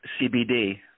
CBD